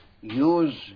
use